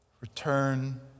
return